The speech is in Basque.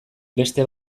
beste